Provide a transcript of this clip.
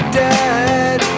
dead